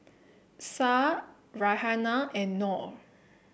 Syah Raihana and Nor